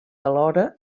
alhora